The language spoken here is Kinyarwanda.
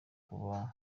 kuba